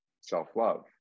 self-love